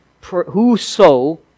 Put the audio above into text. Whoso